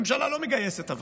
אבל הממשלה לא מגייסת.